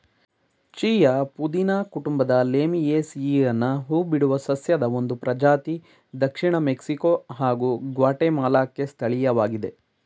chia ಪುದೀನ ಕುಟುಂಬದ ಲೇಮಿಯೇಸಿಯಿಯನ ಹೂಬಿಡುವ ಸಸ್ಯದ ಒಂದು ಪ್ರಜಾತಿ ದಕ್ಷಿಣ ಮೆಕ್ಸಿಕೊ ಹಾಗೂ ಗ್ವಾಟೆಮಾಲಾಕ್ಕೆ ಸ್ಥಳೀಯವಾಗಿದೆ